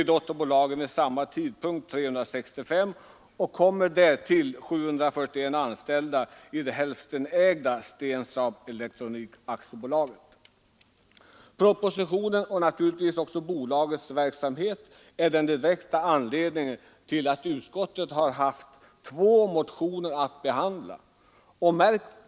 I dotterbolagen hade man vid samma tid 365 anställda, och därtill kommer 741 anställda i det hälftenägda Stansaab Elektronik AB. Propositionen och naturligtvis också bolagets verksamhet är den direkta anledningen till att utskottet har haft två motioner att behandla.